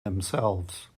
themselves